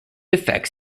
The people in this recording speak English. affects